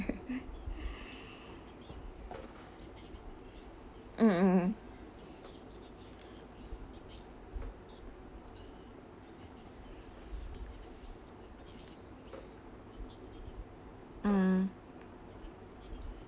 mm mm mm mm